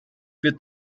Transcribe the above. wird